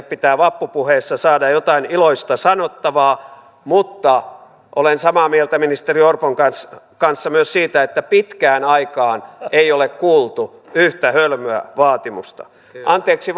pitää vappupuheessa saada jotain iloista sanottavaa mutta olen samaa mieltä ministeri orpon kanssa kanssa myös siitä että pitkään aikaan ei ole kuultu yhtä hölmöä vaatimusta anteeksi